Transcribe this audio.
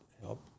help